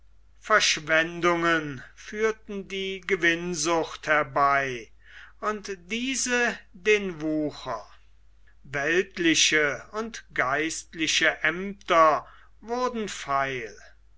verschwendungen führten die gewinnsucht herbei und diese den wucher weltliche und geistliche aemter wurden feil